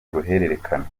uruhererekane